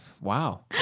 wow